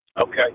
Okay